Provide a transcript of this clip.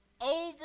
over